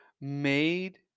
made